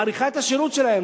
מעריכה את השירות שלהם,